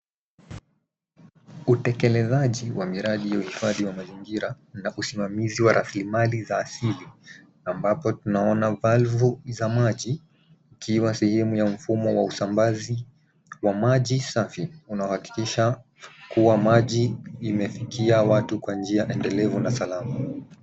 Utekelezaji wa mirdi ya uhifadhi wa mazingira na usimamizi wa rasilimali za asili ambapo tunaona valu za maji ikiwa sehemu ya mfumo wa usambazi wa maji safi unao hakikisha kuwa maji imefikia watu kwa njia endelevu na salama.